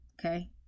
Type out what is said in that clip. okay